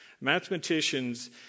Mathematicians